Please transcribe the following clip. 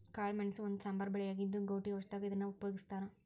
ಕಾಳಮೆಣಸ ಒಂದು ಸಾಂಬಾರ ಬೆಳೆಯಾಗಿದ್ದು, ಗೌಟಿ ಔಷಧದಾಗ ಇದನ್ನ ಉಪಯೋಗಸ್ತಾರ